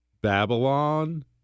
Babylon